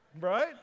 right